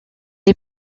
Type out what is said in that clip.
est